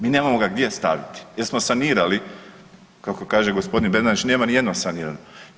Mi nemamo ga gdje staviti jer smo sanirali kako kaže gospodin Bernardić, nema ni jednog saniranog.